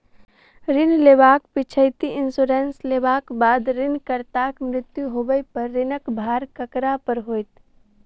ऋण लेबाक पिछैती इन्सुरेंस लेबाक बाद ऋणकर्ताक मृत्यु होबय पर ऋणक भार ककरा पर होइत?